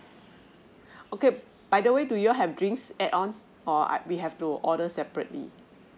okay by the way do you have drinks add on or I we have to order separately